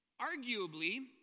Arguably